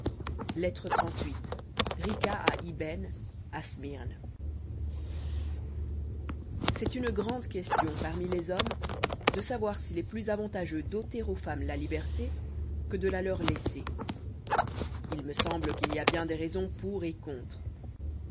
lettre xxxviii rica à ibben à smyrne c est une grande question parmi les hommes de savoir s'il est plus avantageux d'ôter aux femmes la liberté que de la leur laisser il me semble qu'il y a bien des raisons pour et contre